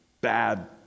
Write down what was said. Bad